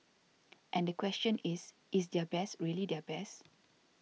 and the question is is their best really their best